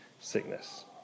sickness